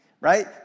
right